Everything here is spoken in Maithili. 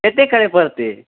कतेक करय पड़तै